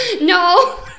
no